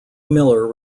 miller